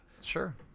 Sure